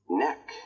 neck